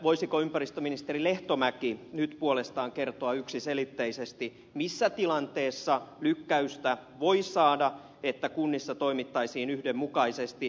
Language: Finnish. voisiko ympäristöministeri lehtomäki nyt puolestaan kertoa yksiselitteisesti missä tilanteessa lykkäystä voi saada että kunnissa toimittaisiin yhdenmukaisesti